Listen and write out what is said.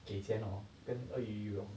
给钱 hor 跟鳄鱼玩